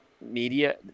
media